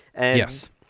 Yes